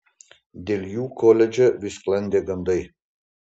dėl jų koledže vis sklandė gandai